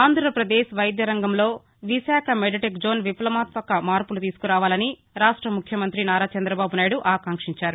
ఆంధ్రప్రదేశ్ వైద్య రంగంలో విశాఖ మెడ్టెక్జోన్ విప్లవాత్మక మార్పులు తీసుకురావాలని రాష్ట ముఖ్యమంతి నారా చందబాబు నాయుడు ఆకాంక్షించారు